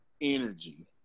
energy